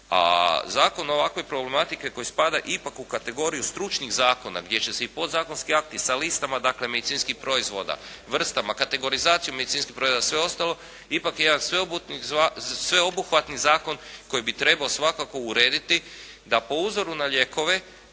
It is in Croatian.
a zakon ovakve problematike koji spada ipak u kategoriju stručnih zakona gdje će se i podzakonski akti sa listama, dakle medicinskih proizvoda, vrstama, kategorizacijom medicinskih proizvoda i sve ostalo, ipak je jedan sveobuhvatni zakon koji bi trebao svakako urediti da po uzoru na lijekove